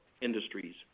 industries